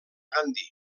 gandhi